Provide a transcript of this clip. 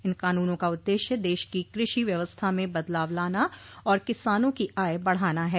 इन कानूनों का उद्देश्य देश की कृषि व्यवस्था में बदलाव लाना और किसानों की आय बढ़ाना है